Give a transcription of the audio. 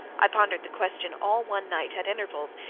i pondered the question all one night, at intervals,